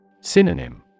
Synonym